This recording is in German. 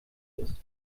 ist